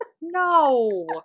No